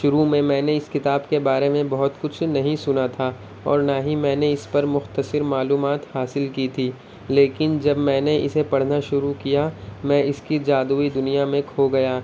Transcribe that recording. شروع میں میں نے اس کتاب کے بارے میں بہت کچھ نہیں سنا تھا اور نہ ہی میں نے اس پر مختصر معلومات حاصل کی تھیں لیکن جب میں نے اسے پڑھنا شروع کیا میں اس کی جادوئی دنیا میں کھو گیا